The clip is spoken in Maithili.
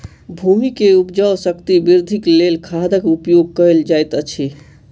भूमि के उपजाऊ शक्ति वृद्धिक लेल खादक उपयोग कयल जाइत अछि